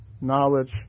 knowledge